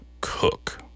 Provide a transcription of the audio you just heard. Cook